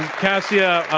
kassia,